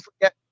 forget